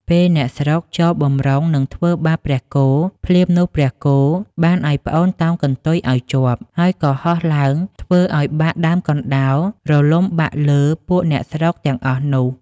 ពេលអ្នកស្រុកចូលបម្រុងនឹងធ្វើបាបព្រះគោ ភ្លាមនោះព្រះគោបានឲ្យប្អូនតោងកន្ទុយឲ្យជាប់ ហើយក៏ហោះឡើងធ្វើឲ្យបាក់ដើមកណ្ដោលរលំបាក់លើពួកអ្នកស្រុកទាំងអស់នោះ។